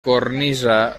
cornisa